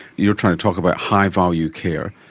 you're trying to talk about high-value care.